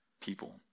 people